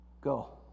Go